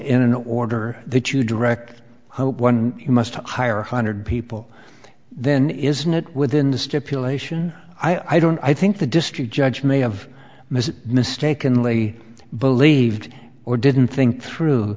in an order that you direct one you must hire hundred people then isn't it within the stipulation i don't i think the district judge may have missed it mistakenly believed or didn't think through